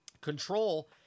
Control